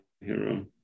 hero